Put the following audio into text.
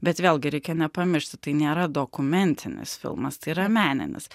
bet vėlgi reikia nepamiršti tai nėra dokumentinis filmas tai yra meninis